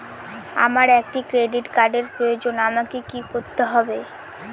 আমার একটি ক্রেডিট কার্ডের প্রয়োজন আমাকে কি করতে হবে?